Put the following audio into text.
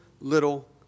little